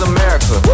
America